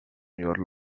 your